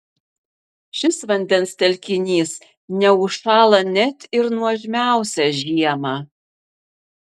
šis vandens telkinys neužšąla net ir nuožmiausią žiemą